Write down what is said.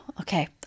Okay